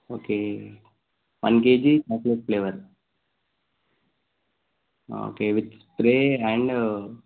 okay one KG chocolate flavour okay with spray and